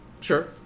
Sure